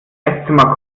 esszimmer